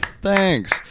Thanks